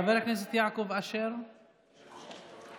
חבר הכנסת יעקב אשר, מוותר.